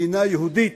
כמדינה יהודית,